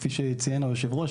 כפי שציין היושב-ראש,